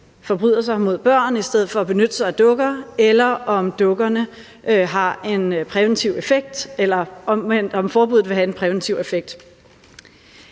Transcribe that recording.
forbryder sig mod børn i stedet for at benytte sig af dukker – om dukkerne har en præventiv effekt, eller omvendt om forbuddet vil have en præventiv effekt.